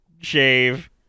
shave